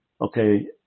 Okay